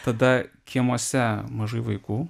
tada kiemuose mažai vaikų